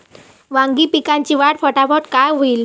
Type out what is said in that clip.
वांगी पिकाची वाढ फटाफट कायनं होईल?